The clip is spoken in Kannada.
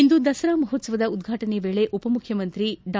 ಇಂದು ದಸರಾ ಮಹೋತ್ಸವದ ಉದ್ಘಾಟನೆ ವೇಳೆ ಉಪಮುಖ್ಯಮಂತ್ರಿ ಡಾ